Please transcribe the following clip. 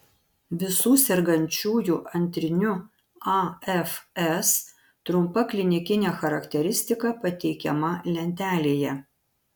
visų sergančiųjų antriniu afs trumpa klinikinė charakteristika pateikiama lentelėje